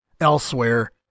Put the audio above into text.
elsewhere